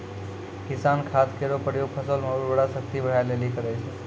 किसान खाद केरो प्रयोग फसल म उर्वरा शक्ति बढ़ाय लेलि करै छै